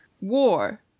war